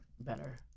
better